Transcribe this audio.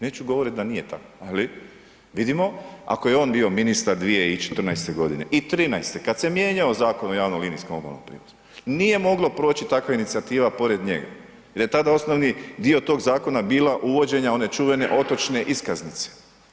Neću govoriti da nije tako, ali vidimo, ako je on bio ministar 2014. g. i 13. kad se mijenjao Zakon o javnom linijskom obalnom prijevozu, nije moglo proći takva inicijativa pored njega jer je tada osnovni dio tog zakona bila uvođenje one čuvene otočne iskaznice.